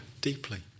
deeply